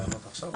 כן.